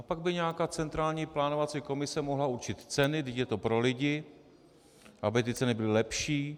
Pak by nějaká centrální plánovací komise mohla určit ceny, vždyť je to pro lidi, aby ty ceny byly lepší.